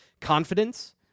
confidence